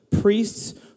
priests